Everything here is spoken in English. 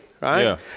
right